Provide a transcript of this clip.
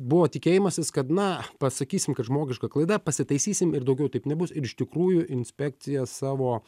buvo tikėjimasis kad na pasakysim kad žmogiška klaida pasitaisysim ir daugiau taip nebus ir iš tikrųjų inspekcija savo